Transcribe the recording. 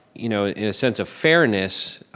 you know, in a sense of fairness,